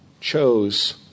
chose